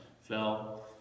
Fell